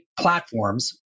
platforms